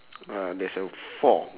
uh there's uh four